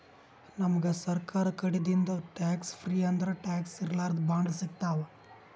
ನಮ್ಗ್ ಸರ್ಕಾರ್ ಕಡಿದಿಂದ್ ಟ್ಯಾಕ್ಸ್ ಫ್ರೀ ಅಂದ್ರ ಟ್ಯಾಕ್ಸ್ ಇರ್ಲಾರ್ದು ಬಾಂಡ್ ಸಿಗ್ತಾವ್